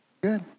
good